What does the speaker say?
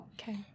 okay